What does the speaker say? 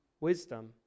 wisdom